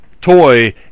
toy